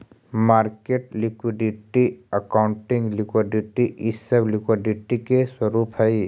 market liquidity, accounting liquidity इ सब liquidity के स्वरूप हई